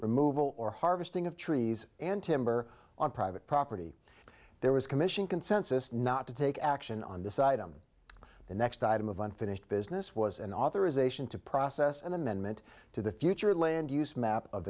removal or harvesting of trees and timber on private property there was commission consensus not to take action on the side of the next item of unfinished business was an authorization to process an amendment to the future land use map of